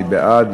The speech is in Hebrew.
מי בעד?